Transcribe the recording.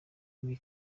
ibi